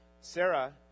Sarah